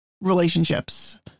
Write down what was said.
relationships